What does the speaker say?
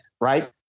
Right